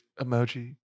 Emoji